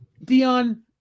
Dion